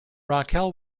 raquel